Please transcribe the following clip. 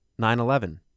9-11